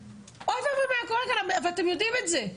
אוי ואבוי מה היה קורה כאן ואתם יודעים את זה.